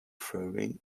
furry